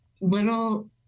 little